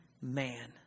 man